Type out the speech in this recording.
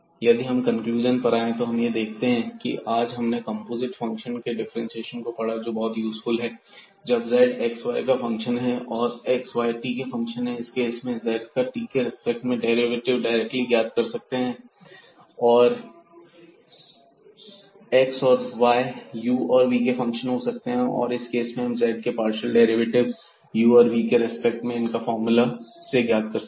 यदि हम कंक्लूजन पर आएं तो हम देखते हैं कि आज हमने कंपोजिट फंक्शन के डिफ्रेंशिएशन को पढ़ा जोकि बहुत यूज़फुल है जब z xy का फंक्शन है और x और y t के फंक्शन है इस केस में हम z का t के रेस्पेक्ट में डेरिवेटिव डायरेक्टली ज्ञात कर सकते हैं x और y u और v के फंक्शन हो सकते हैं इस केस में भी हम z के पार्शियल डेरिवेटिव u और v के रिस्पेक्ट में इन फार्मूला से ज्ञात कर सकते हैं